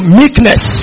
meekness